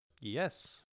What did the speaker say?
Yes